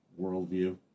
worldview